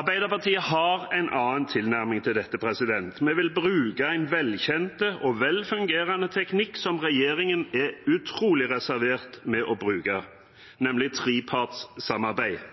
Arbeiderpartiet har en annen tilnærming til dette. Vi vil bruke en velkjent og velfungerende teknikk som regjeringen er utrolig reservert når det gjelder å bruke, nemlig trepartssamarbeidet.